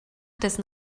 dessen